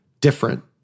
different